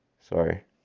Sorry